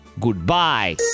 goodbye